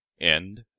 End